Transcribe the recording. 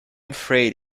afraid